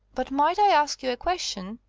but might i ask you a question?